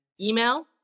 email